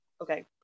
Okay